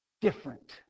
different